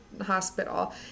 hospital